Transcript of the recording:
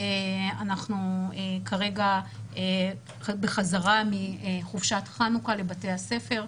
כרגע אנחנו כרגע בחזרה מחופשת החנוכה לבתי הספר,